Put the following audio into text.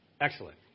Excellent